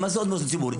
מה זה עוד מוסדות ציבור?